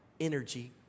energy